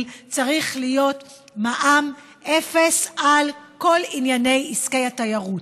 צריך להיות מע"מ אפס על כל ענייני עסקי התיירות,